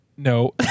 No